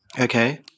Okay